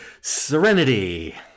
Serenity